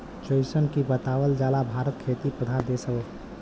जइसन की बतावल जाला भारत खेती प्रधान देश हौ